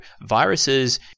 viruses